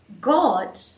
God